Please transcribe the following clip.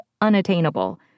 unattainable